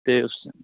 ਅਤੇ ਉਸ